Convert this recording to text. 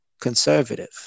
conservative